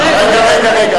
רגע.